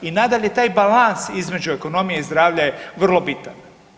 I nadalje taj balans između ekonomije i zdravlja je vrlo bitan.